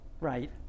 Right